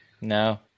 No